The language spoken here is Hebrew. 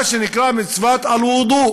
מה שנקרא מצוות אל-וודוא.